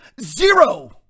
Zero